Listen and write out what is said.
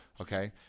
okay